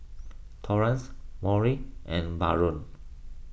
Torrance Maury and Baron